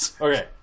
Okay